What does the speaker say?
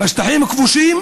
בשטחים הכבושים,